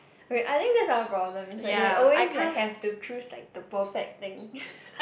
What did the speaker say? I mean I think that's our problems it's like we always like have to choose like the perfect thing